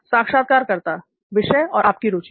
साक्षात्कारकर्ता विषय और आपकी रूचि